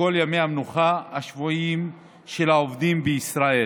לכל ימי המנוחה השבועיים של העובדים בישראל,